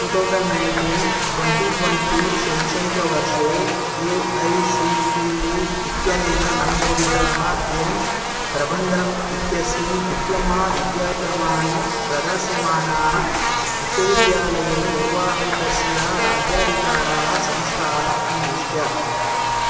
two thousand nineteen twenty twenty शैक्षणिकवर्षे A I C T E इत्यनेन अनुमोदिताः एवं प्रबन्धनम् इत्यस्मिन् डिप्लोमा विद्याक्रमान् प्रदास्यमानाः विश्वविद्यालयेन निर्वाहितस्य राज्याधिकाराः संस्थाः अन्विष